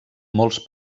molts